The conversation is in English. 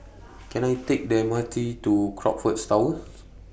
Can I Take The M R T to Crockfords Tower